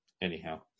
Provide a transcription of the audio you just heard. anyhow